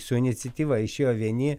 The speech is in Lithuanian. su iniciatyva išėjo vieni